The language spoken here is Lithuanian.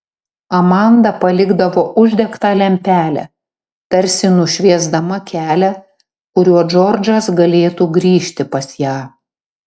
amanda palikdavo uždegtą lempelę tarsi nušviesdama kelią kuriuo džordžas galėtų grįžti pas ją